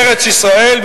ארץ-ישראל,